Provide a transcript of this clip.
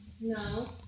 No